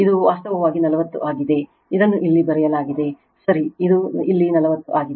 ಇದು ವಾಸ್ತವವಾಗಿ 40 ಆಗಿದೆ ಇದನ್ನು ಇಲ್ಲಿ ಬರೆಯಲಾಗಿದೆ ಸರಿ ಇದು ಇಲ್ಲಿ 40 ಆಗಿದೆ